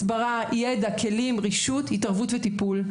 הסברה, ידע, כלים, רשות, התערבות וטיפול.